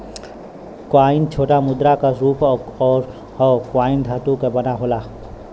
coin छोटा मुद्रा क रूप हौ कॉइन धातु क बना होला